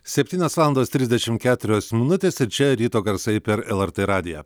septynios valandos trisdešim keturios minutės ir čia ryto garsai per lrt radiją